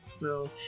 No